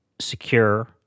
secure